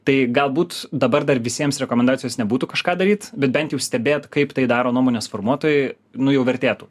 tai galbūt dabar dar visiems rekomendacijos nebūtų kažką daryt bet bent jau stebėt kaip tai daro nuomonės formuotojai nu jau vertėtų